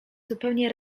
zupełnie